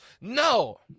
No